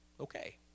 Okay